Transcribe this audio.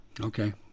okay